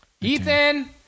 Ethan